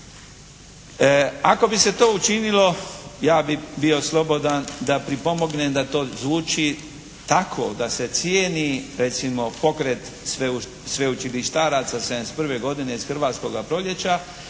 Ako bi se to učinilo, ja bih bio slobodan da pripomognem da to zvuči tako da se cijeni recimo pokret sveučilištaraca 71. godine iz Hrvatskoga proljeća,